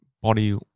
body